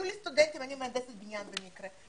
אני מהנדסת בניין במקרה,